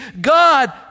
God